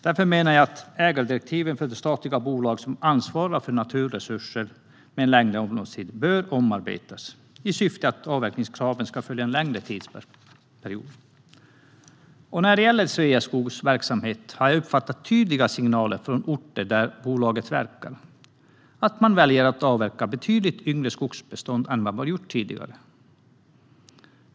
Därför menar jag att ägardirektiven för de statliga bolag som ansvarar för naturresurser med längre omloppstid bör omarbetas i syfte att avkastningskraven ska följa en längre tidsperiod. När det gäller Sveaskogs verksamhet har jag uppfattat tydliga signaler från orter där bolaget verkar att man väljer att avverka betydligt yngre skogsbestånd än vad man tidigare gjort.